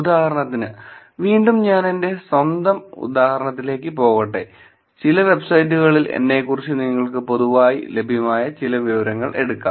ഉദാഹരണത്തിന് വീണ്ടും ഞാൻ എന്റെ സ്വന്തം ഉദാഹരണത്തിലേക്ക് പോകട്ടെ ചില വെബ്സൈറ്റുകളിൽ എന്നെക്കുറിച്ച് നിങ്ങൾക്ക് പൊതുവായി ലഭ്യമായ ചില വിവരങ്ങൾ എടുക്കാം